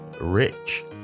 rich